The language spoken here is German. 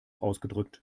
ausgedrückt